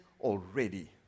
already